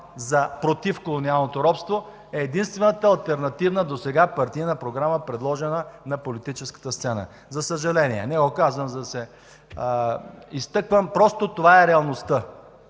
против колониалното робство е единствената алтернативна досега партийна програма, предложена на политическата сцена. За съжаление! Не го казвам, за да се изтъквам, просто това е реалността.